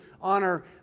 honor